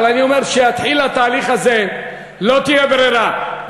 אבל אני אומר, כשיתחיל התהליך הזה לא תהיה ברירה.